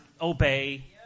obey